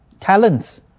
talents